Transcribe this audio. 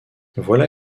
voilà